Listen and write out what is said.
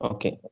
Okay